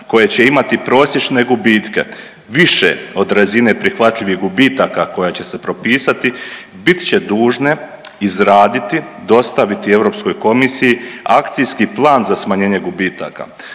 koje će imati prosječne gubitke više od razine prihvatljivih gubitaka koja će se propisati, bit će dužne izraditi, dostaviti EK akcijski plan za smanjenje gubitaka.